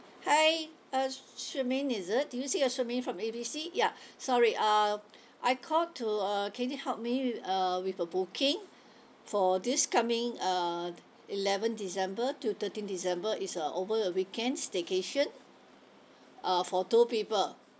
hi uh shermaine is it did you say you're shermaine from A B C ya sorry uh I call to uh can you help me uh with a booking for this coming uh eleven december to thirteen december it's a over a weekend staycation uh for two people